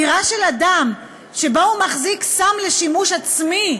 דירה של אדם שבה הוא מחזיק סם לשימוש עצמי,